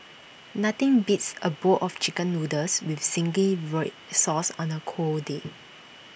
nothing beats A bowl of Chicken Noodles with Zingy Red Sauce on A cold day